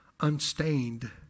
unstained